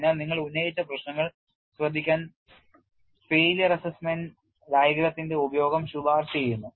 അതിനാൽ നിങ്ങൾ ഉന്നയിച്ച പ്രശ്നങ്ങൾ ശ്രദ്ധിക്കാൻ പരാജയ വിലയിരുത്തൽ രേഖാചിത്രത്തിന്റെ ഉപയോഗം ശുപാർശ ചെയ്യുന്നു